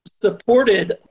supported